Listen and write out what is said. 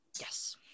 yes